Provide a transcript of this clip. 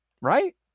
right